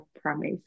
promise